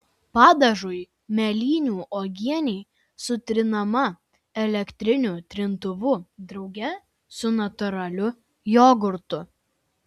padažui mėlynių uogienė sutrinama elektriniu trintuvu drauge su natūraliu jogurtu